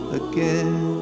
again